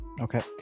okay